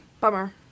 Bummer